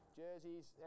jerseys